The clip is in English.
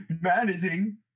managing